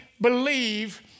believe